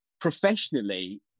professionally